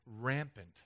rampant